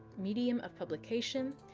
medium of publication,